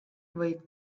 võib